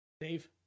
Dave